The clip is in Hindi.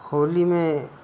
होली में